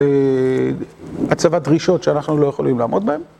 הצבת דרישות שאנחנו לא יכולים לעמוד בהן.